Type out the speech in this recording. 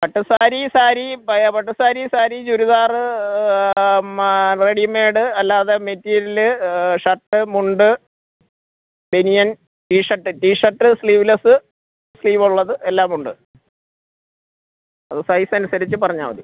പട്ടു സാരി സാരി പട്ടു സാരി സാരിയും ചുരിദാർ റെഡി മേയ്ഡ് അല്ലാതെ മെറ്റീരിയൽ ഷര്ട്ട് മുണ്ട് ബനിയന് ടീഷര്ട്ട് ടീഷര്ട്ട് സ്ലീവ്ലെസ്സ് സ്ലീവുള്ളത് എല്ലാമുണ്ട് അത് സൈസനുസരിച്ച് പറഞ്ഞാൽ മതി